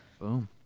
Boom